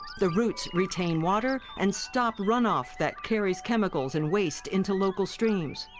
the roots retain water, and stop runoff that carries chemicals and waste into local streams.